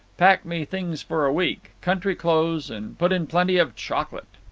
pack me things for a week country clothes and put in plenty of chocolate.